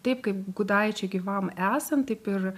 taip kaip gudaičiui gyvam esant taip ir